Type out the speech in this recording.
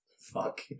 Fuck